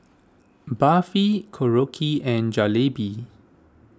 Barfi Korokke and Jalebi